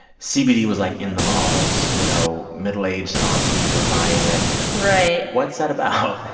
cbd was, like, in the malls, you know? middle-aged ah aunties were buying it right what's that about?